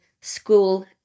school